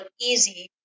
easy